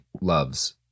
loves